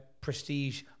prestige